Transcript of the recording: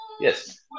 Yes